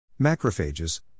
Macrophages